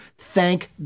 Thank